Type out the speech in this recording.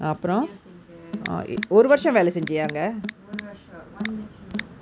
video செஞ்சே:senjae edit பண்ணே ஒரு வர்ஷம்:pannae oru varsham one year three months